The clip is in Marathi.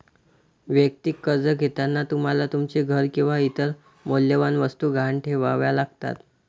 वैयक्तिक कर्ज घेताना तुम्हाला तुमचे घर किंवा इतर मौल्यवान वस्तू गहाण ठेवाव्या लागतात